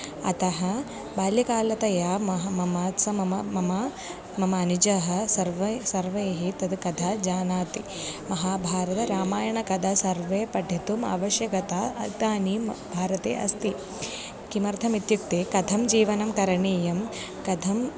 अतः बाल्यकालतया मम मम च मम मम मम अनुजः सर्वै सर्वैः तद् कथा जानाति महाभारतरामायणकथा सर्वे पठितुम् आवश्यकता इदानीं भारते अस्ति किमर्थमित्युक्ते कथं जीवनं करणीयं कथम्